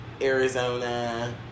Arizona